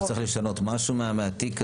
צריך לשנות משהו מהתיק?